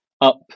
up